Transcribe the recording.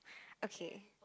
okay